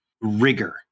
rigor